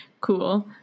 cool